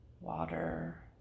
water